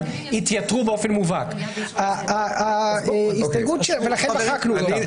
רוטמן התייתרו באופן מובהק ולכן מחקו אותן.